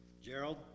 Gerald